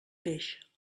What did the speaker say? peix